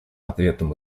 ответом